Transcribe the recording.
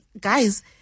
guys